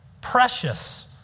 precious